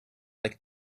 like